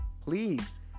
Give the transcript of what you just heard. Please